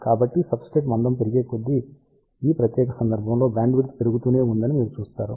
కాబట్టి సబ్స్ట్రేట్ మందం పెరిగేకొద్దీ ఈ ప్రత్యేక సందర్భంలో బ్యాండ్విడ్త్ పెరుగుతూనే ఉంటుందని మీరు చూస్తారు